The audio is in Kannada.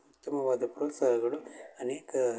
ಉತ್ತಮವಾದ ಪ್ರೋತ್ಸಾಹಗಳು ಅನೇಕ